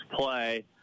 play